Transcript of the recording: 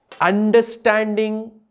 Understanding